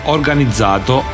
Organizzato